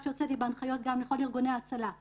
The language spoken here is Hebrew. ובעבר גם היו דוברי צה"ל למיניהם,